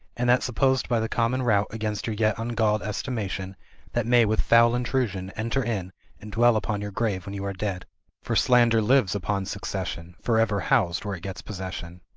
and that supposed by the common rout against your yet ungalled estimation that may with foul intrusion enter in and dwell upon your grave when you are dead for slander lives upon succession, for ever hous'd where it gets possession.